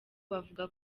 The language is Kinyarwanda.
bavuga